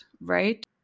right